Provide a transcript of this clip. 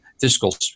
fiscal